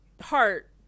heart